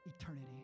eternity